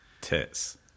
tits